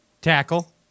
Tackle